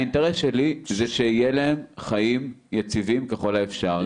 האינטרס שלי זה שיהיו להם חיים יציבים ככל האפשר.